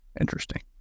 Interesting